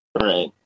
right